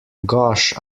gosh